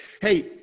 Hey